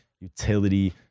utility